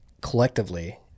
collectively